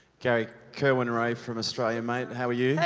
gary, kerwin rae from australia, mate, how are you? hey,